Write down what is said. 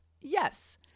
Yes